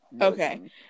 Okay